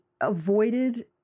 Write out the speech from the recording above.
avoided